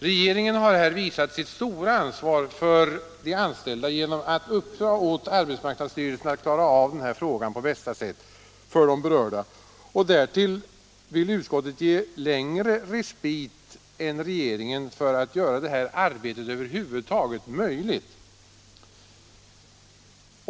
Regeringen har här visat sitt stora ansvar för de anställda genom att uppdra åt arbetsmarknadsstyrelsen att klara av den här frågan på bästa sätt, och därtill vill utskottet ge en längre respit än den som regeringen ger för att över huvud taget möjliggöra det här arbetet.